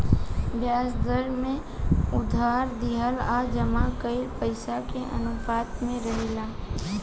ब्याज दर में उधार दिहल आ जमा कईल पइसा के अनुपात में रहेला